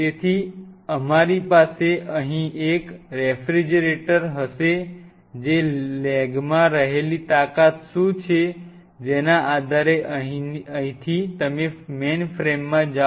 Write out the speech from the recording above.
તેથી અમારી પાસે અહીં એક રેફ્રિજરેટર હશે જે લેગમાં રહેલી તાકાત શું છે જેના આધારે અહીંથી તમે મેઈનફ્રેમમાં જાઓ